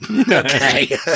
Okay